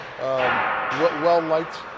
Well-liked